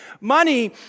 Money